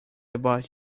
about